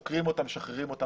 חוקרים אותם ומשחררים אותם.